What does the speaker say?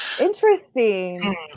Interesting